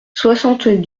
soixante